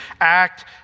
act